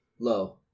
Low